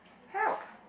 help